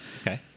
Okay